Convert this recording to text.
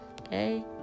Okay